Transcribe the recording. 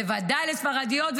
בוודאי לספרדיות,